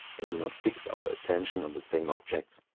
and do not fix our attention on the same objects.